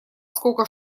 сколько